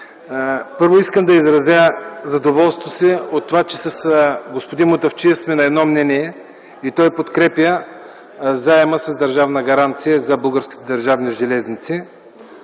Първо, искам да изразя задоволството си от това, че с господин Мутафчиев сме на едно мнение и той подкрепя заемът с държавна гаранция за българските държавни железници.